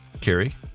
Kerry